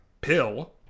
pill